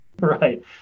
Right